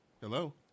Hello